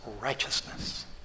righteousness